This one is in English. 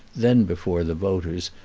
then before the voters,